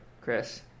chris